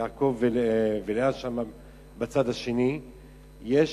יעקב ולאה, שם בצד השני יש